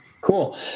Cool